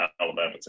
Alabama